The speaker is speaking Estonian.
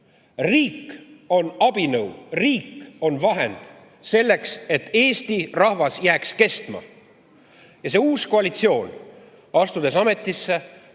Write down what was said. Riik on abinõu, riik on vahend selleks, et eesti rahvas jääks kestma. Uus koalitsioon langetas ametisse astudes